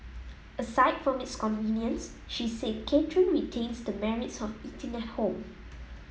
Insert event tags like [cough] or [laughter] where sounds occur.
[noise] aside from its convenience she said catering retains the merits of eating at home